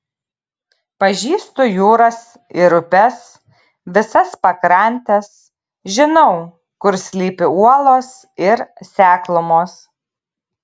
pažįstu jūras ir upes visas pakrantes žinau kur slypi uolos ir seklumos